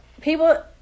people